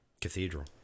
cathedral